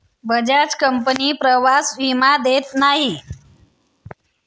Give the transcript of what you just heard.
Bajaj company प्रवास विमा देत नाही